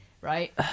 right